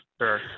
Sure